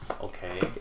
Okay